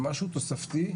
משהו תוספתי,